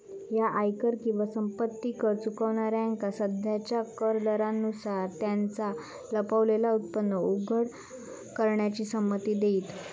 ह्या आयकर किंवा संपत्ती कर चुकवणाऱ्यांका सध्याच्या कर दरांनुसार त्यांचा लपलेला उत्पन्न उघड करण्याची संमती देईत